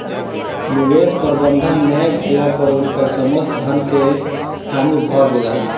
निवेश प्रबंधन नै भेला पर हुनकर समस्त धन के हानि भ गेलैन